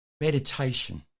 Meditation